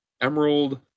emerald